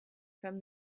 from